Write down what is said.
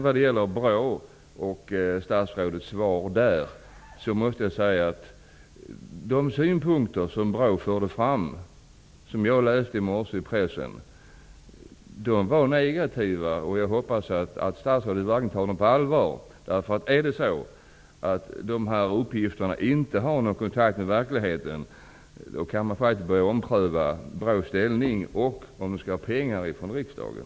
Vad gäller statsrådets svar på frågan om BRÅ måste jag säga att de synpunkter som BRÅ har fört fram, som jag läste om i pressen i morse, var negativa. Jag hoppas att statsrådet tar dessa på allvar. Om uppgifterna inte har någon förankring i verkligheten kan man faktiskt börja ompröva BRÅ:s ställning och om huruvida BRÅ skall beviljas pengar av riksdagen.